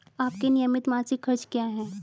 आपके नियमित मासिक खर्च क्या हैं?